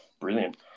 Brilliant